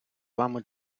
вами